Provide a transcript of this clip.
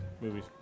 movies